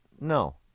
no